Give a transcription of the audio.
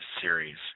Series